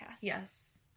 Yes